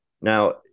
Now